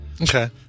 Okay